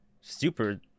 super